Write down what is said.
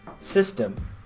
system